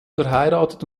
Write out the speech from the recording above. verheiratet